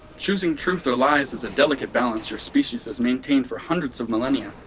choosing truth or lies is a delicate balance your species has maintained for hundreds of millennia.